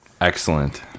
excellent